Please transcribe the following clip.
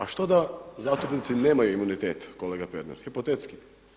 A što da zastupnici nemaju imunitet kolega Pernar hipotetski?